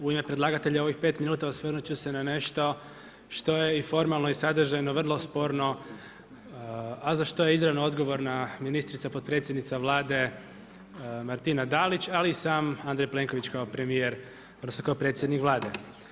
U ime predlagatelja u ovih 5 minuta osvrnut ću se na nešto što je i formalno i sadržajno vrlo sporno, a za što je izravno odgovorna ministrica potpredsjednica Vlade Martina Dalić, ali i sam Andrej Plenković kao premijer, odnosno kao predsjednik Vlade.